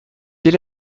quel